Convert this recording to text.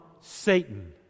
Satan